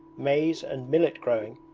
maize and millet growing,